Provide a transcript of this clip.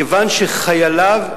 כיוון שחייליו,